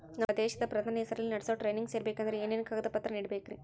ನಮ್ಮ ದೇಶದ ಪ್ರಧಾನಿ ಹೆಸರಲ್ಲಿ ನಡೆಸೋ ಟ್ರೈನಿಂಗ್ ಸೇರಬೇಕಂದರೆ ಏನೇನು ಕಾಗದ ಪತ್ರ ನೇಡಬೇಕ್ರಿ?